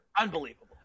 Unbelievable